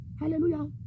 Hallelujah